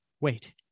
Wait